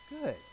good